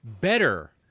better